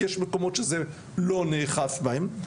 כי יש מקומות שזה לא נאכף בהם,